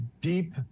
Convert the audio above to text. deep